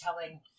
telling